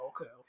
Okay